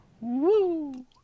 Woo